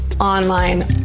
online